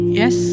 yes